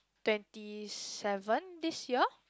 twenty seven this year